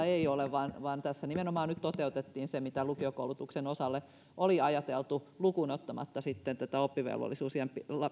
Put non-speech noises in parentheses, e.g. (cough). (unintelligible) ei ole vaan vaan tässä nimenomaan nyt toteutettiin se mitä lukiokoulutuksen osalle oli ajateltu lukuun ottamatta sitten tätä oppivelvollisuusiän